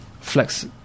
flex